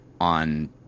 on